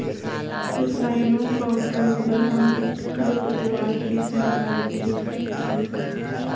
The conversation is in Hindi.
रसायनों का उपयोग कर हम खरपतवार के फैलाव को रोक सकते हैं